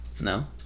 No